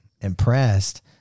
impressed